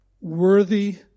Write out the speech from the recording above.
worthy